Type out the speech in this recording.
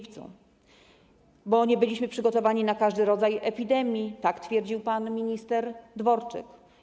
Bo nie byliśmy przygotowani na każdy rodzaj epidemii - tak twierdził pan minister Dworczyk.